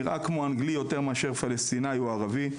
נראה כמו אנגלי יותר מאשר פלסטינאי או ערבי,